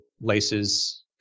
laces